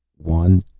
one,